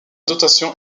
dotation